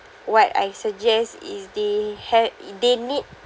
what I suggest is they had they need